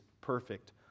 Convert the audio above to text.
perfect